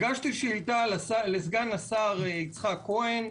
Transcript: הגשתי שאילתה לסגן השר יצחק כהן.